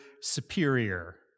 superior